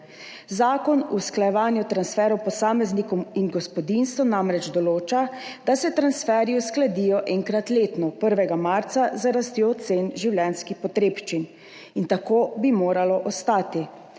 Zakon o usklajevanju transferjev posameznikom in gospodinjstvom namreč določa, da se transferji uskladijo enkrat letno, 1. marca, z rastjo cen življenjskih potrebščin in tako bi moralo ostati.